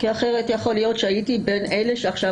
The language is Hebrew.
כי אחרת יכול להיות שהייתי בין אלה שעכשיו